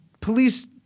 police